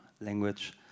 language